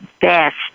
best